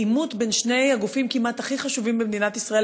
לעימות בין שני הגופים כמעט הכי חשובים במדינת ישראל,